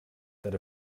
that